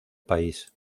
país